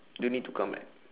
don't need to come right